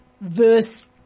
verse